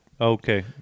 Okay